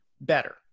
better